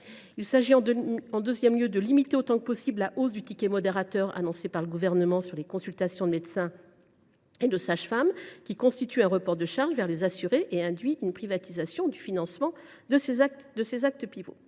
En deuxième lieu, il convient de limiter autant que possible la hausse du ticket modérateur annoncée par le Gouvernement sur les consultations de médecins et de sages femmes. Celle ci constitue un report de charges vers les assurés et induit une privatisation du financement de ces actes pivots.